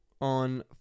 on